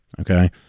okay